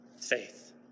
faith